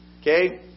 okay